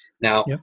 Now